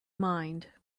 mind